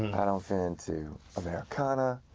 i don't fit into americana.